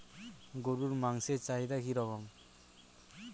গরুর মাংসের চাহিদা কি রকম?